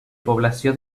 població